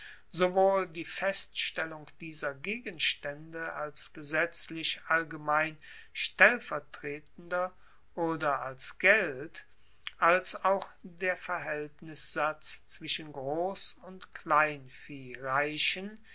sowohl die feststellung dieser gegenstaende als gesetzlich allgemein stellvertretender oder als geld als auch der verhaeltnissatz zwischen gross und kleinvieh reichen